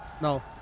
no